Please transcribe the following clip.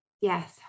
Yes